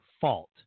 fault